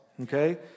okay